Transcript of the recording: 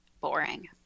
boring